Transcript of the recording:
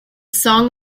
song